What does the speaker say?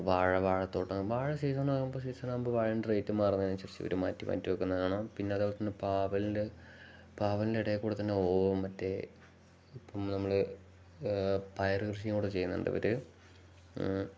വാഴ വാഴത്തോട്ടം വാഴ സീസൺ ആകുമ്പോ സീസൺ ആകുമ്പോ വഴൻറെേറ്റ് മാറുന്നതിനനുസരിച്ച് ഒരു മാറ്റി മാറ്റി വെക്കുന്നതണം പിന്നെ അതുപോല തന്നെ പാവലൻ്റെ പാവിൻ് എടേക്കൂടെ തന്നെ ഓവവും മറ്റേ ഇപ്പം നമ്മള് പയറ് കൃഷിയും കൂടെ ചെയ്യുന്നുണ്ട്വര്